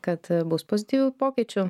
kad bus pozityvių pokyčių